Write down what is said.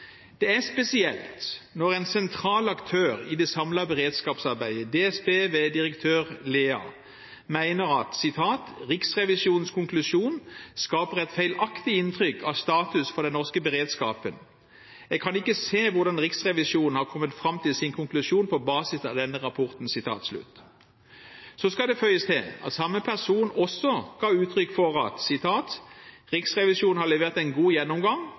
Det er spesielt når en sentral aktør i det samlede beredskapsarbeidet, DSB, ved direktør Lea, mener at «Riksrevisjonens konklusjon skaper et feilaktig inntrykk av status for den norske beredskapen. Jeg kan ikke se hvordan Riksrevisjonen har kommet fram til sin konklusjon på basis av denne rapporten.» Så skal det føyes til at samme person også ga uttrykk for at «Riksrevisjonen har levert en god gjennomgang